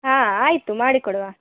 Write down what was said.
ಹಾಂ ಆಯಿತು ಮಾಡಿ ಕೊಡುವ